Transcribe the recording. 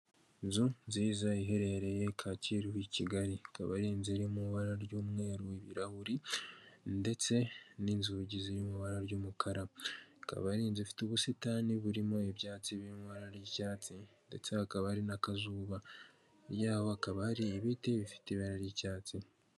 Inzu nziza iherereye kakiru i kigari, ikaba ari inzu iri mu ibara y'umweru ibirahure, ndetse n'inzugi ziri mu ibara ry'umukara ]ikaba ifite ubusitani burimo ibyatsi biri mu ibara ry'icyatsi ndetse hakaba harimo akazuba, hirya yaho hakaba hari ibiti bifite ibara ry'icyatsi.